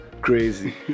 crazy